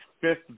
fifth